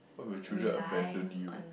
what if your children abandon you